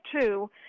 two